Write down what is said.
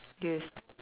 yes